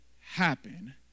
happen